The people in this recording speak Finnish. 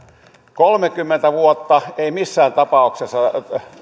kolmekymmentä vuotta ei missään tapauksessa